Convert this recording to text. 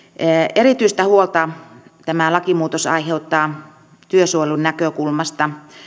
erityistä huolta tämä lakimuutos aiheuttaa työsuojelun näkökulmasta